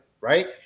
Right